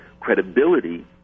credibility